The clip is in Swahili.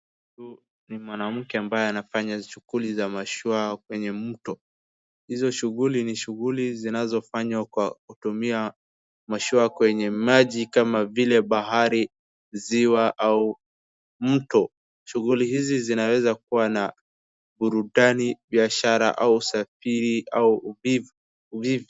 Huyu ni mwanamke ambaye anafanya shughuli za mashua kwenye mto. Hizo shughuli, ni shughuli zinazofanywa kwa kutumia mashua kwenye maji kama vile bahari, ziwa, au mto. Shughuli hizi zinaweza kuwa na burudani, biashara, au usafiri au uvivu, uvuvi.